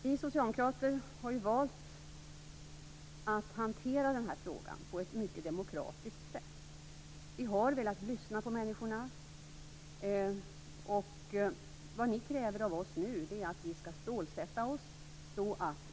Vi socialdemokrater har valt att hantera den här frågan på ett mycket demokratiskt sätt. Vi har velat lyssna på människorna. Vad Lennmarker och Könberg kräver av oss nu är att vi skall stålsätta oss.